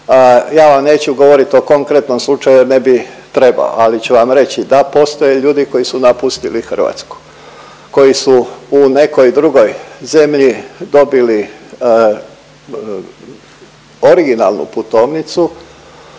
Ja vam neću govorit o konkretnom slučaju jer ne bi trebao, ali ću vam reći. Da, postoje ljudi koji su napustili Hrvatsku, koji su u nekoj drugoj zemlji dobili originalnu putovnicu,